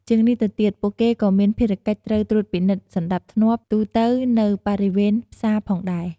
ជាងនេះទៅទៀត ពួកគេក៏មានភារកិច្ចត្រូវ ត្រួតពិនិត្យសណ្តាប់ធ្នាប់ ទូទៅនៅបរិវេណផ្សារផងដែរ។